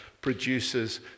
produces